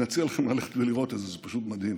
אני מציע לכם ללכת ולראות את זה, זה פשוט מדהים.